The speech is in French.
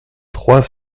trois